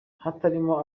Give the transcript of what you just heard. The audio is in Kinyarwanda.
hatarimo